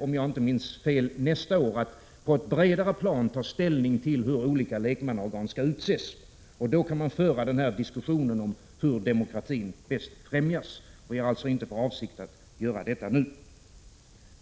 om jag inte minns fel, nästa år att på ett bredare plan ta ställning till hur olika lekmannaorgan skall utses. Då kan man föra diskussionen om hur demokratin bäst främjas. Jag har alltså inte för avsikt att göra detta nu.